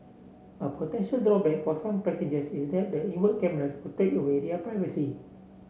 a potential drawback for some passengers is that the inward cameras would take away their privacy